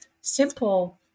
simple